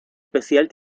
especial